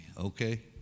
okay